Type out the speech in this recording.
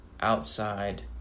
outside